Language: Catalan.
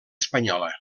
espanyola